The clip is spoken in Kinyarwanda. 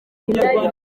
ubutaka